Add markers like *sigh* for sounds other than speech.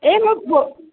এই মই *unintelligible*